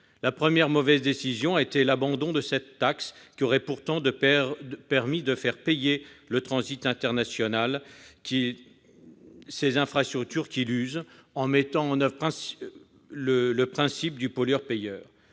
La première mauvaise décision a donc été l'abandon de cette taxe, qui aurait pourtant permis de faire payer au transit international ces infrastructures qu'il use, mettant ainsi en pratique le principe du pollueur-payeur.